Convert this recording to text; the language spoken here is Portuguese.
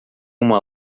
uma